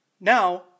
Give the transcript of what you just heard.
Now